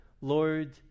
lord